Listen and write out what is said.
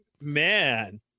Man